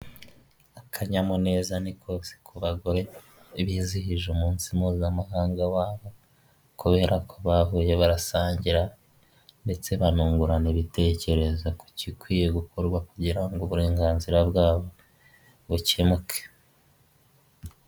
Akanyamuneza ni kose ku bagore bizihije umunsi mpuzamahanga wabo kubera ko bavuye barasangira ndetse banungurana ibitekerezo ku gikwiye gukorwa kugira ngo uburenganzira bwabo bukemuke.